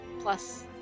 plus